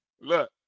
Look